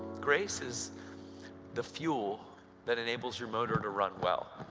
grace is the fuel that enables your motor to run well.